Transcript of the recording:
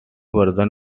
version